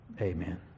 Amen